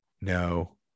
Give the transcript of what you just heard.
No